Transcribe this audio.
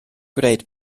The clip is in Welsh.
gwneud